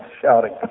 shouting